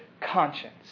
conscience